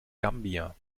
gambia